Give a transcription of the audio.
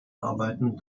arbeiten